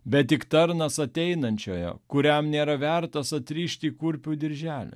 bet tik tarnas ateinančiojo kuriam nėra vertas atrišti kurpių dirželio